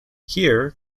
here